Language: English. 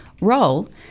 role